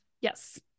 Yes